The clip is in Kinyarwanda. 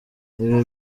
ibi